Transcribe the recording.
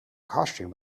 costume